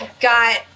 got